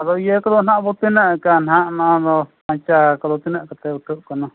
ᱟᱫᱚ ᱤᱭᱟᱹ ᱠᱚᱫᱚ ᱱᱟᱦᱟᱜ ᱵᱚ ᱛᱤᱱᱟᱹᱜ ᱟᱠᱟᱜᱼᱟ ᱦᱟᱜ ᱱᱚᱣᱟ ᱫᱚ ᱯᱟᱧᱪᱟ ᱠᱚᱫᱚ ᱛᱤᱱᱟᱹᱜ ᱠᱟᱛᱮ ᱩᱴᱷᱟᱹᱜ ᱠᱟᱱᱟ